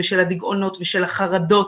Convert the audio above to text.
הדיכאונות והחרדות,